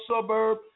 suburb